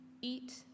eat